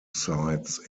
sites